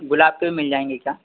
गुलाब के मिल जाएंगे क्या